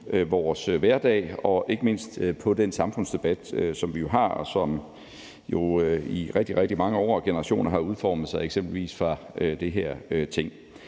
vores hverdag og ikke mindst på den samfundsdebat, som vi har, og som jo i rigtig, rigtig mange år og gennem mange generationer har udfoldet sig eksempelvis i det her Ting.